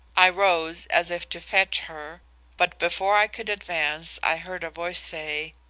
i rose as if to fetch her but before i could advance i heard a voice say,